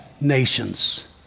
nations